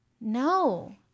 No